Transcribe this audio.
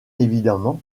évidemment